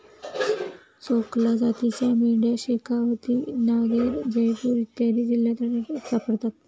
चोकला जातीच्या मेंढ्या शेखावती, नागैर, जयपूर इत्यादी जिल्ह्यांत सापडतात